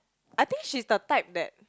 I think she's the type that